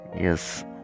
Yes